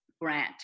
grant